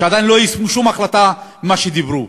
שעדיין לא יישמו שום החלטה ממה שדיברו.